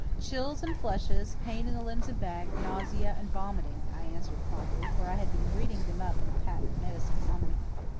chills and flushes, pain in the limbs and back, nausea and vomiting, i answered promptly, for i had been reading them up in a patent medicine almanac.